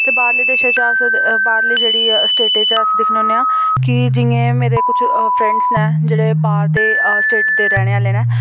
ते बाहरले देशै च अस बाहरली जेह्ड़ी स्टेटें च अस दिक्खनें होने आं कि जि'यां मेरे कुछ फ्रेंड्स न जेह्ड़े बाहर दे स्टेट दे रैह्ने आह्ले न